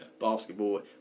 basketball